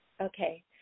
Okay